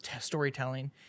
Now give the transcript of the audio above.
storytelling